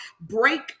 break